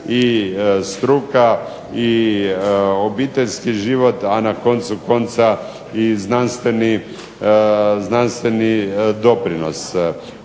i struka i obiteljski život, a na koncu konca i znanstveni doprinos.